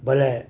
ବୋଲେ